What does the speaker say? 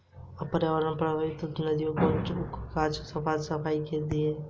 पर्यावरणीय प्रवाह प्रकृति ने नदी को अपने कछार के साफ़ सफाई के लिए दिया है